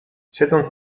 siedząc